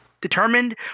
determined